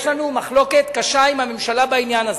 יש לנו מחלוקת קשה עם הממשלה בעניין הזה.